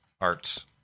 art